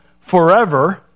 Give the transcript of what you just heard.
forever